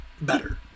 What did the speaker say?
better